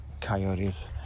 coyotes